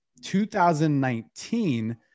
2019